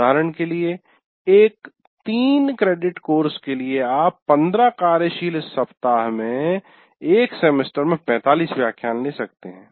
उदाहरण के लिए एक 3 क्रेडिट कोर्स के लिए आप 15 कार्यशील सप्ताह में एक सेमेस्टर में 45 व्याख्यान ले सकते है